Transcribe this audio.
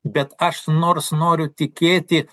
bet aš nors noriu tikėti